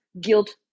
guilt